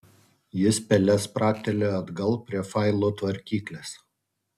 jis pele spragtelėjo atgal prie failų tvarkyklės